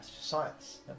Science